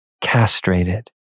castrated